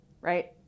right